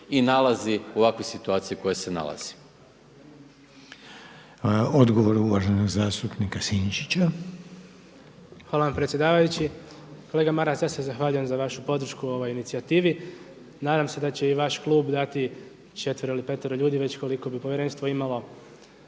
uvaženog zastupnika Sinčića. **Sinčić, Ivan Vilibor (Živi zid)** Hvala vam predsjedavajući. Kolega Maras, ja se zahvaljujem za vašu podršku ovoj inicijativi. Nadam se da će i vaš klub dati četvero ili petero ljudi već koliko bi povjerenstvo imalo